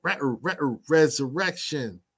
Resurrection